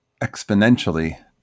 exponentially